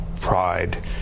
pride